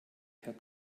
herr